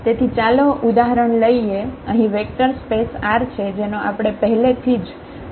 તેથી ચાલો ઉદાહરણ લઈએ અહીં વેક્ટર સ્પેસ R છે જેનો આપણે પહેલેથીજ અભ્યાસ કર્યો છે